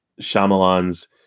Shyamalan's